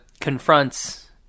confronts